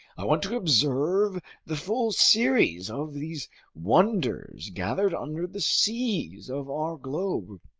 i want to observe the full series of these wonders gathered under the seas of our globe.